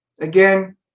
again